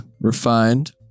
refined